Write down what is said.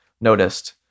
noticed